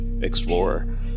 explorer